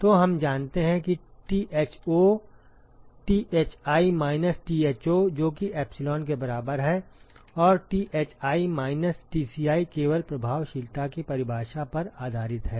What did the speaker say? तो हम जानते हैं कि Tho Thi माइनस Tho जो कि एप्सिलॉन के बराबर है और Thi माइनस Tci केवल प्रभावशीलता की परिभाषा पर आधारित है